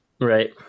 right